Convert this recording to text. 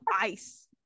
ice